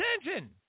attention